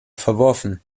verworfen